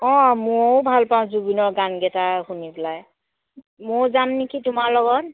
অঁ ময়ো ভাল পাওঁ জুবিনৰ গানকেইটা শুনি পেলাই ময়ো যাম নেকি তোমাৰ লগত